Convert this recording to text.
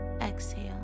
Exhale